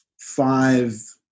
five